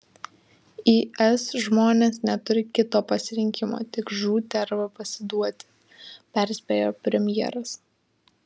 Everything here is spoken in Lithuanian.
is žmonės neturi kito pasirinkimo tik žūti arba pasiduoti perspėjo premjeras